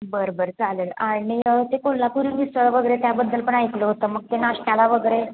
बरं बरं चालेल आणि ते कोल्हापुरी मिसळ वगैरे त्याबद्दल पण ऐकलं होतं मग ते नाश्त्याला वगैरे